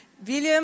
William